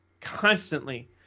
Constantly